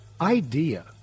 idea